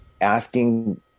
Asking